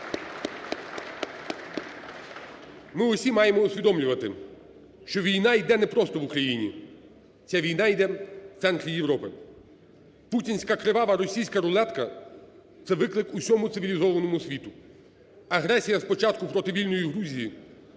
Ми всі маємо усвідомлювати, що війна йде не просто в Україні, ця війна йде у центрі Європи. Путінська кривава російська рулетка – це виклик усьому цивілізованому світу. Агресія спочатку проти вільної Грузії,